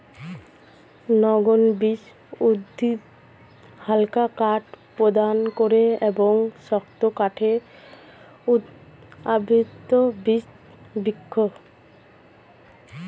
নগ্নবীজ উদ্ভিদ হালকা কাঠ প্রদান করে এবং শক্ত কাঠের উৎস আবৃতবীজ বৃক্ষ